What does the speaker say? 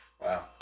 Wow